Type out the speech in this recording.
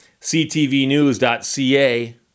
CTVnews.ca